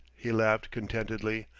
he laughed contentedly,